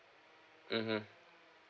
mmhmm